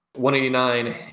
189